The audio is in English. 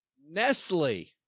nestle,